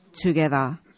together